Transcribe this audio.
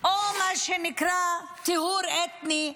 או מה שנקרא טיהור אתני,